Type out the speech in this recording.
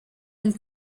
une